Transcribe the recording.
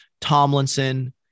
Tomlinson